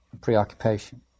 preoccupation